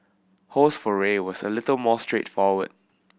ho's foray was a little more straightforward